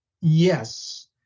yes